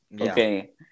Okay